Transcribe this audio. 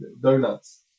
Donuts